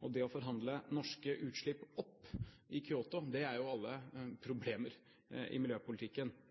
og det å forhandle norske utslipp opp i Kyoto, alle er problemer i miljøpolitikken.